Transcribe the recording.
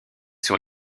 sur